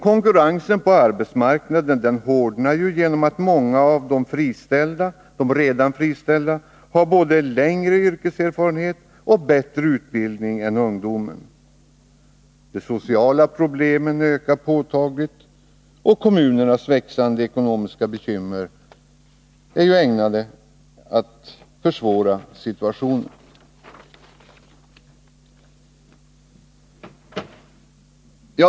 Konkurrensen på arbetsmarknaden hårdnar genom att många av de redan friställda har både längre yrkeserfarenhet och bättre utbildning än ungdomen. De sociala problemen ökar påtagligt. Kommunernas växande ekonomiska bekymmer är ägnade att försvåra situationen.